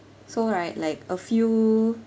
so right like a few